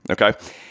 Okay